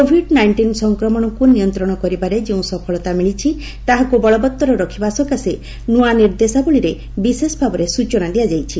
Covid nineteen ସଂକ୍ରମଣକୁ ନିୟନ୍ତ୍ରଣ କରିବାରେ ଯେଉଁ ସଫଳତା ମିଳିଛି ତାହାକୁ ବଳବତ୍ତର ରଖିବା ସକାଶେ ନୂଆ ନିର୍ଦ୍ଦେଶାବଳୀରେ ବିଶେଷଭାବେ ସୂଚନା ଦିଆଯାଇଛି